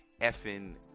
effing